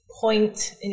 point